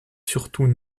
surtout